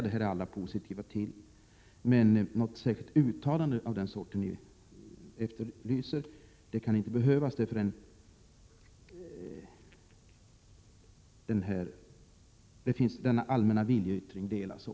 Det är alla positiva till, men något särskilt uttalande av det slag som ni efterlyser behövs inte, eftersom också regeringen står bakom denna allmänna viljeinriktning.